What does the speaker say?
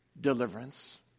deliverance